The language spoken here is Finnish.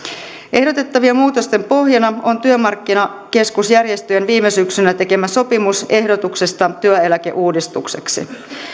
ehdotettavien muutosten pohjana on työmarkkinakeskusjärjestöjen viime syksynä tekemä sopimus ehdotuksesta työeläkeuudistukseksi